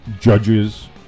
judges